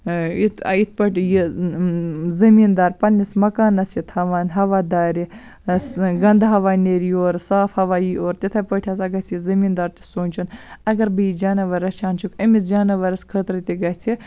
یِتھ یِتھ پٲٹھۍ یہِ زمیٖندار پنٛنِس مکانَس چھِ تھاوان ہوا دارِ سُہ گَنٛدٕ ہوا نیرِ یورٕ صاف ہوا یی اورٕ تِتھَے پٲٹھۍ ہسا گژھِ یہِ زمیٖندار تہِ سونچُن اگر بہٕ یہِ جانور رَچھان چھُکھ أمِس جانوَرَس خٲطرٕ تہِ گژھِ